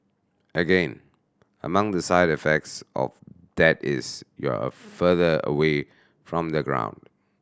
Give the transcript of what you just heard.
again among the side effects of that is you're further away from the ground